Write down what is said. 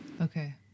Okay